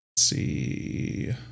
See